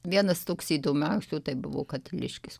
vienas toks įdomiausių tai buvo katiliškis